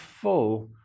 full